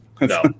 No